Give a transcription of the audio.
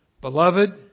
Beloved